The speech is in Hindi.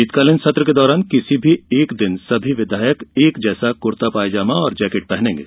शीतकालीन सत्र के किसी भी एक दिन सभी विधायक एक जैसा कुर्ता पायजामा और जैकेट पहनेंगे